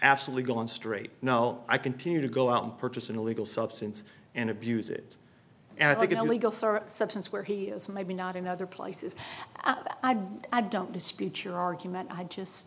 absolutely gone straight now i continue to go out and purchase an illegal substance and abuse it and i get a legal substance where he is maybe not in other places i'm i don't dispute your argument i just